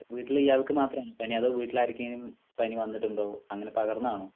വീട്ടില് ഇയാൾക്ക് മാത്രമാണോ പനി അതോ വീട്ടിലാർക്കേലും പനി വന്നിട്ടുണ്ടോ അങ്ങനെ പകർന്നതാണോ